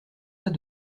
pas